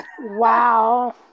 Wow